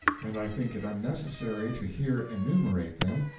and i think it unnecessary to here enumerate them,